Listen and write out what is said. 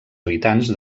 habitants